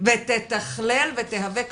ותתכלל ותהווה כתובת,